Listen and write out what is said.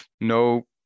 no